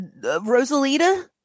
Rosalita